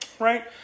right